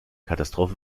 katastrophe